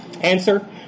Answer